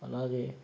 అలాగే